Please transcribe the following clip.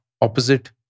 opposite